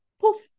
poof